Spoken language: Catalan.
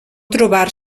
trobar